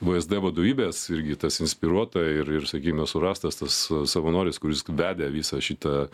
vsd vadovybės irgi tas inspiruota ir ir sakykime surastas tas savanoris kuris vedė visą šitą